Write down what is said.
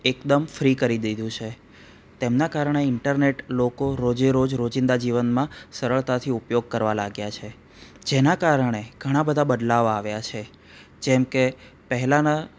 એકદમ ફ્રી કરી દીધું છે તેમના કારણે ઈન્ટરનેટ લોકો રોજે રોજ રોજિંદા જીવનમાં સરળતાથી ઉપયોગ કરવા લાગ્યા છે જેના કારણે ઘણા બધા બદલાવ આવ્યા છે જેમ કે પહેલાંના